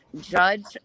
judge